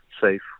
safe